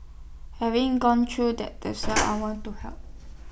having gone through that the some I want to help